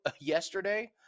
yesterday